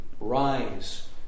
rise